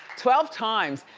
twelve times.